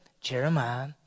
Jeremiah